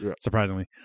surprisingly